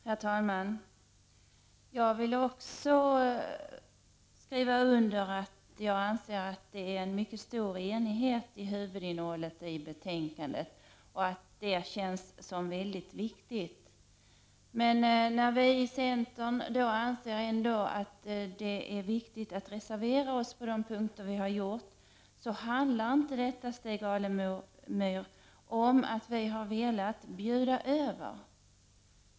Herr talman! Jag vill också skriva under på att det råder en mycket stor enighet om huvudinnehållet i betänkandet och att det känns som mycket viktigt. När vi i centern ändå anser att det är motiverat att reservera oss på några punkter handlar detta inte, Stig Alemyr, om att vi har velat bjuda över.